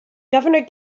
governor